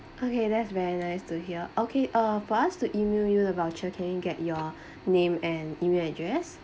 okay that's very nice to hear okay uh for us to email you the voucher can I get your name and email address